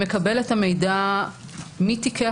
בשלב הבדיקה כבר התייעצו עם גורמי משרד הבריאות,